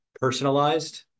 personalized